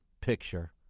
picture